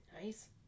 Nice